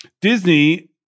Disney